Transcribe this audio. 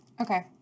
Okay